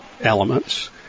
elements